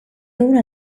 una